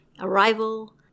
arrival